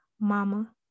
Mama